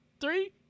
Three